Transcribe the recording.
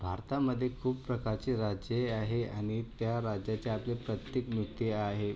भारतामध्ये खूप प्रकारचे राज्ये आहे आणि त्या राज्याच्या आतल्या प्रत्येक नृत्य आहे